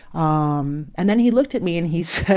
um and then he looked at me, and he said,